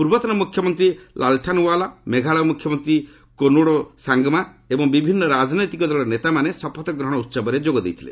ପୂର୍ବତନ ମୁଖ୍ୟମନ୍ତ୍ରୀ ଲାଲ୍ଥାନୱାଲା ମେଘାଳୟ ମୁଖ୍ୟମନ୍ତ୍ରୀ କୋନାଡୋ ସାଙ୍ଗମା ଏବଂ ବିଭିନ୍ନ ରାଜନୈତିକ ଦଳର ନେତାମାନେ ଶପଥ ଗ୍ରହଣ ଉହବରେ ଯୋଗଦେଇଥିଲେ